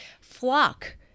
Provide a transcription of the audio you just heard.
flock